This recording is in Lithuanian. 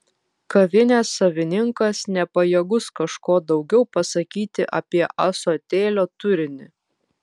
kavinės savininkas nepajėgus kažko daugiau pasakyti apie ąsotėlio turinį